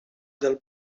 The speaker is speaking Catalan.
del